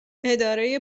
اداره